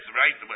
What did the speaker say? right